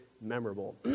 memorable